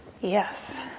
Yes